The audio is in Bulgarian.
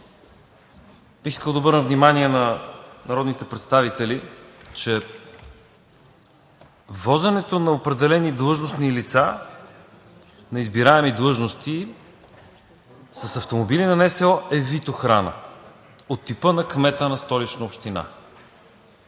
Бих искал да обърна внимание на народните представители, че возенето на определени длъжностни лица на избираеми длъжности с автомобили на НСО е вид охрана – от типа на кмета на Столична община.